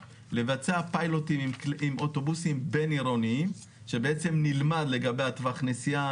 לבצע פיילוטים עם אוטובוסים בין-עירוניים שבעצם נלמד לגבי טווח הנסיעה,